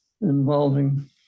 involving